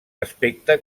aspecte